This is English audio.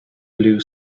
blue